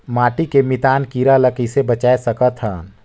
माटी के मितान कीरा ल कइसे बचाय सकत हन?